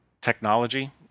technology –